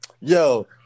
Yo